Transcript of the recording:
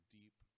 deep